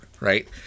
right